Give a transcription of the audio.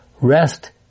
Rest